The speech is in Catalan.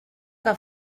què